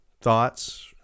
Thoughts